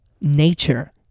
nature